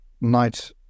night